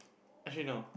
actually no